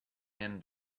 end